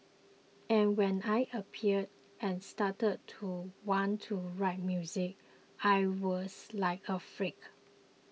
and when I appeared and started to want to write music I was like a freak